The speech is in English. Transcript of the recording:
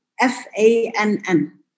F-A-N-N